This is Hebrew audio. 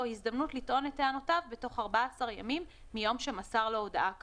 הזדמנות לטעון את טענותיו בתוך 14 ימים מיום שמסר לו הודעה כאמור.